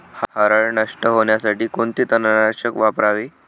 हरळ नष्ट होण्यासाठी कोणते तणनाशक वापरावे?